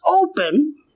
open